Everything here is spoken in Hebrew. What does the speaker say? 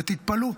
ותתפלאו,